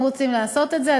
אם רוצים לעשות את זה,